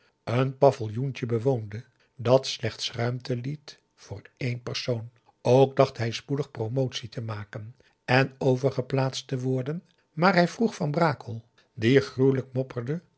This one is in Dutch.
een paviljoentje bewoonde dat slechts ruimte liet voor één persoon ook dacht hij spoedig promotie te maken en overgeplaatst te worden maar hij vroeg van brakel die gruwelijk mopperde